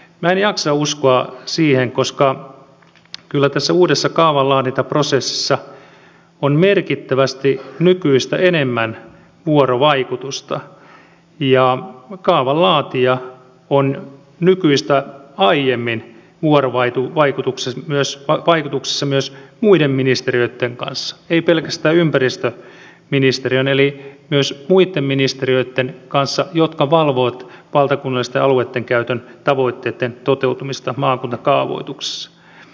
minä en jaksa uskoa siihen koska kyllä tässä uudessa kaavanlaadintaprosessissa on merkittävästi nykyistä enemmän vuorovaikutusta ja kaavan laatija on nykyistä aiemmin vuorovaikutuksessa myös muiden ministeriöitten kanssa ei pelkästään ympäristöministeriön eli myös muitten ministeriöitten kanssa jotka valvovat valtakunnallisten alueidenkäytön tavoitteitten toteutumista maakuntakaavoituksessa